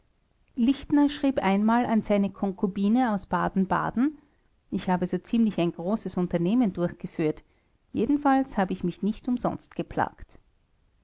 lichtner schrieb einmal an seine konkubine aus baden-baden ich habe so ziemlich ein großes unternehmen durchgeführt jedenfalls habe ich mich nicht umsonst geplagt